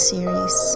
Series